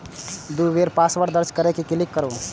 दू बेर पासवर्ड दर्ज कैर के क्लिक करू